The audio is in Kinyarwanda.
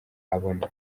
abona